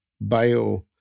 bio